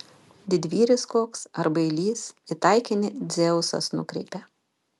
didvyris koks ar bailys į taikinį dzeusas nukreipia